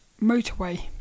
motorway